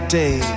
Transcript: day